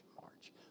march